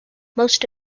most